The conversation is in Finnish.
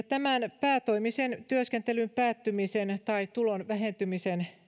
tämän päätoimisen työskentelyn päättymisen tai tulon vähentymisen